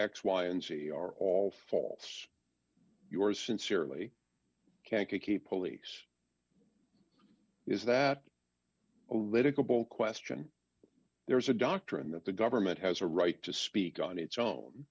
x y and z are all false yours sincerely kankakee police is that a little bold question there is a doctrine that the government has a right to speak on its own